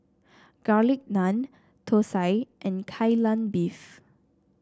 Garlic Naan thosai and Kai Lan Beef